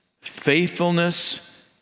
faithfulness